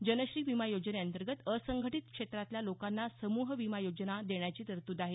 जनश्री विमा योजनेअंतर्गत असंघटीत क्षेत्रातल्या लोकांना समूह विमा योजना देण्याची तरतूद आहे